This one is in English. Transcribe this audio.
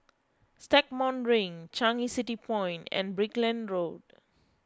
Stagmont Ring Changi City Point and Brickland Road